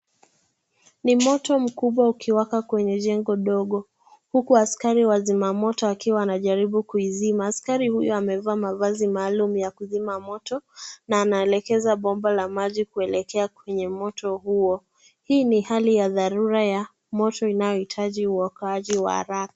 Ni moto mkubwa ukiwaka kwenye jengo ndogo huku askari wamesima moto akiwa anajaribu kuisima, askari huyu amevaa mavasi maalum ya kusima moto na anaelekeza pomba ya maji kuelekea kwenye moto huo, hii ni hali ya dharura wa moto unaoitaji uokoaji wa haraka.